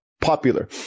popular